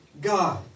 God